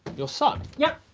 your son? yep!